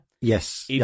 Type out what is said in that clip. Yes